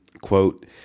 quote